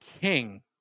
king